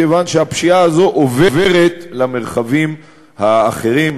כיוון שהפשיעה הזאת עוברת למרחבים האחרים,